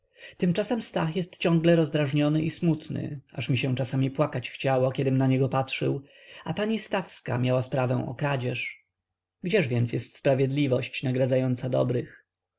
tymczasem stach jest ciągle rozdrażniony i smutny aż mi się czasem płakać chciało kiedym na niego patrzył a pani stawska miała sprawę o kradzież gdzież więc jest sprawiedliwość nagradzająca dobrych